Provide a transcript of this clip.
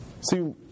See